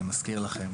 אני מזכיר לכם,